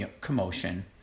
commotion